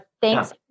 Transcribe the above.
thanks